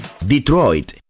Detroit